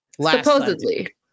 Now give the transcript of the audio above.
Supposedly